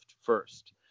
first